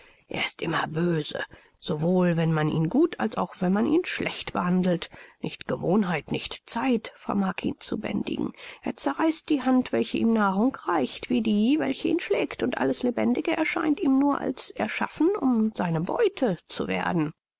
er ist immer bös sowohl wenn man ihn gut als wenn man ihn schlecht behandelt nicht gewohnheit nicht zeit vermag ihn zu bändigen er zerreißt die hand welche ihm nahrung reicht wie die welche ihn schlägt und alles lebendige erscheint ihm nur als erschaffen um seine beute zu werden